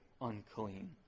unclean